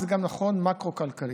זה גם נכון מקרו-כלכלית,